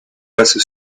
passe